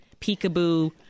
peekaboo